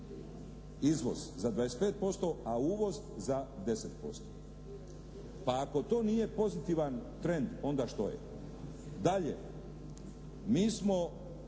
Izvoz za 25%, a uvoz za 10%. Pa ako to nije pozitivan trend onda što je? Dalje, mi smo